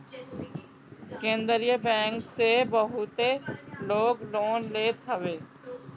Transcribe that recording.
केंद्रीय बैंक से बहुते लोग लोन लेत हवे